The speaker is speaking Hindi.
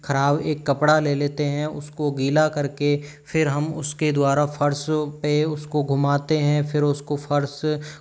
खराब एक कपड़ा ले लेते हैं उसको गीला करके फिर हम उसके द्वारा फ़र्श पे उसको घुमाते हैं फिर उसको फ़र्श